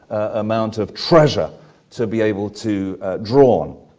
amount of treasure to be able to draw on.